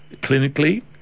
clinically